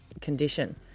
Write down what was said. condition